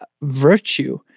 virtue